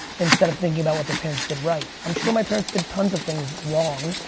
instead of thinking about what their parents did right. i'm sure my parents did tons of things wrong,